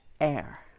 air